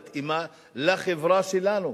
מתאימה לחברה שלנו,